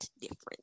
different